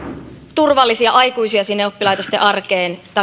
turvallisia aikuisia sinne oppilaitosten arkeen